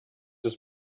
des